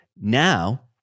now